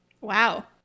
wow